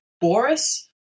Boris